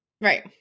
Right